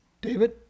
David